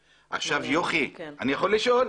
יוכי, אני יכול לשאול?